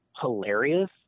hilarious